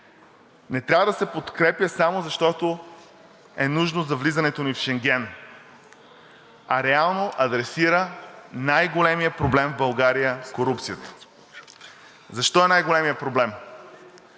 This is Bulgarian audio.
Не трябва да се подкрепя само защото е нужно за влизането ни в Шенген, а реално адресира най-големия проблем в България – корупцията. Защо е най-големият проблем?